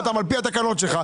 משנה לך תוך כדי?